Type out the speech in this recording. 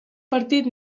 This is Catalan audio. partit